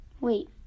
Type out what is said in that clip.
Wait